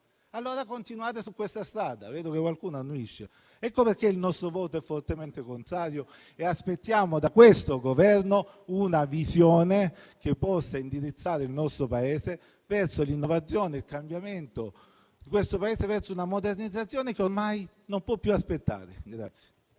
Allora continuate su questa strada! Vedo che qualcuno annuisce. Ecco perché il nostro voto è fortemente contrario e aspettiamo dal Governo una visione che possa indirizzare il nostro Paese verso l'innovazione, il cambiamento e una modernizzazione che ormai non può più aspettare.